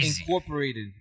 Incorporated